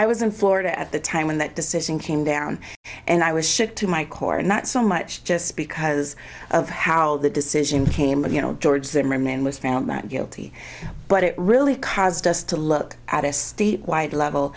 i was in florida at the time when that decision came down and i was sick to my core not so much just because of how the decision came but you know george zimmerman was found not guilty but it really caused us to look at a statewide level